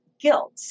guilt